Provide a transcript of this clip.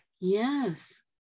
yes